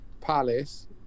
Palace